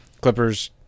Clippers